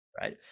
right